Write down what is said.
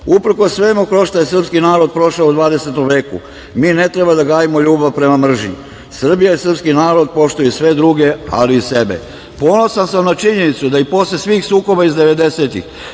svemu kroz šta je srpski narod prošao u 20. veku, mi ne treba da gajimo ljubav prema mržnji. Srbija i srpski narod poštuje sve druge, ali i sebe. Ponosan sam na činjenicu da i posle svih sukoba iz 90-ih